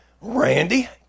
Randy